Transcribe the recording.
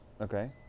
okay